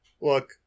Look